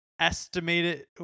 estimated